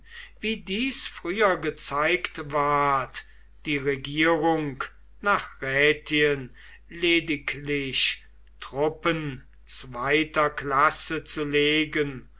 wie dies früher gezeigt ward die regierung nach rätien lediglich truppen zweiter klasse zu legen